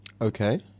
Okay